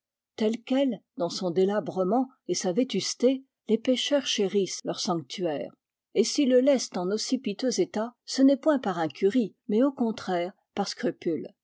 tel quel dans son délabrement et sa vétusté les pêcheurs chérissent leur sanctuaire et s'ils le laissent en aussi piteux état ce n'est point par incurie mais au contraire par scrupule